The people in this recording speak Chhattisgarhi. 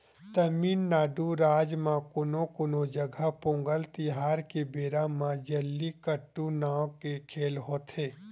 तमिलनाडू राज म कोनो कोनो जघा पोंगल तिहार के बेरा म जल्लीकट्टू नांव के खेल होथे